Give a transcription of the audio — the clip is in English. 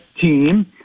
team